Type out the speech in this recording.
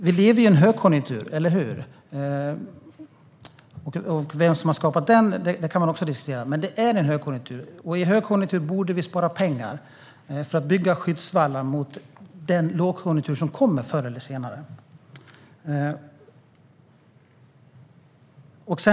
Vi har nu en högkonjunktur. Vem som har skapat den kan man diskutera, men det är en högkonjunktur, och i högkonjunktur borde vi spara pengar för att bygga skyddsvallar mot den lågkonjunktur som kommer, förr eller senare.